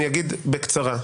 אני אגיד בקצרה.